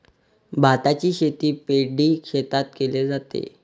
भाताची शेती पैडी शेतात केले जाते